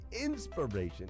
inspiration